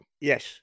yes